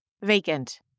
vacant